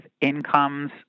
incomes